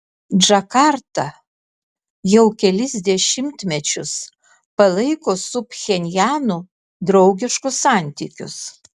džakarta jau kelis dešimtmečius palaiko su pchenjanu draugiškus santykius